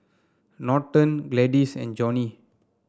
Norton Gladis and Johnnie